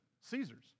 Caesar's